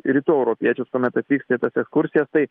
rytų europiečius kuomet atvykti į tas ekskursijas tai